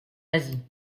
asie